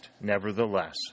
nevertheless